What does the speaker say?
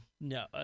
No